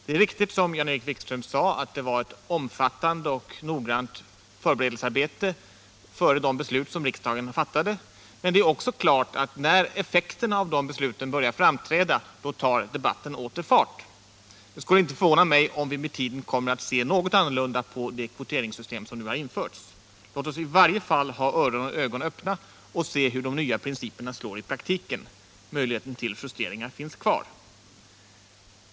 Det är riktigt som Jan-Erik Wikström säger att det var ett omfattande och noggrant förberedelsearbete innan riksdagen fattade sina beslut. Men det är också klart att när effekterna av de besluter börjat framträda, så tar debatten åter fart. Det skulle inte förvåna mig om vi med tiden kommer att se något annorlunda på det kvoteringssystem som nu har införts. Låt oss i varje fall ha öron och ögon öppna och se hur de nya principerna slår i praktiken. Möjligheten till justeringar finns kvar.